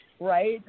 right